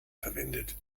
verwendet